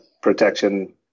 protection